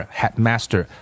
headmaster